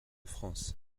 france